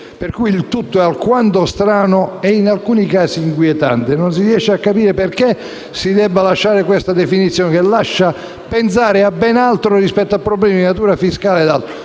Il tutto è quindi alquanto strano e, in alcuni casi, inquietante. Non si riesce a capire perché si debba mantenere una definizione che lascia pensare a ben altro rispetto a problemi di natura fiscale.